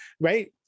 right